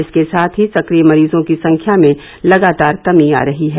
इसके साथ ही संक्रिय मरीजों की संख्या में लगातार कमी आ रही है